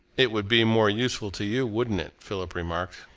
it would be more useful to you, wouldn't it? philip remarked.